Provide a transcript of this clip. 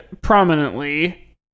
prominently